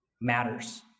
matters